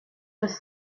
just